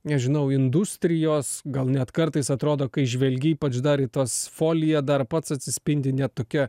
nežinau industrijos gal net kartais atrodo kai žvelgi ypač dar į tas folija dar pats atsispindi net tokie